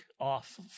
off